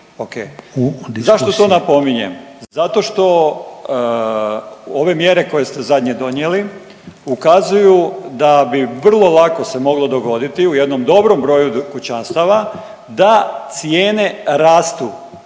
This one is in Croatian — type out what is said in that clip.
Zašto to napominjem? Zato što ove mjere koje ste zadnje donijeli ukazuju da bi vrlo lako se moglo dogoditi u jednom dobrom broju kućanstava da cijene rastu.